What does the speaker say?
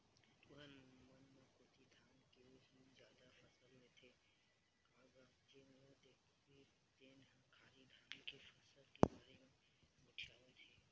तुंहर मन कोती धान के ही जादा फसल लेथे का गा जेन ल देखबे तेन ह खाली धान के फसल के बारे म गोठियावत हे?